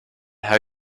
how